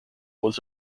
was